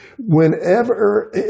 Whenever